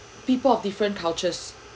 people of different cultures